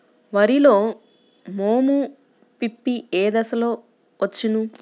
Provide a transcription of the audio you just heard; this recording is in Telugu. వరిలో మోము పిప్పి ఏ దశలో వచ్చును?